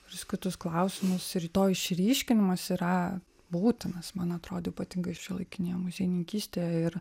visus kitus klausimus ir to išryškinimas yra būtinas man atrodo ypatingai šiuolaikinėje muziejininkystėje ir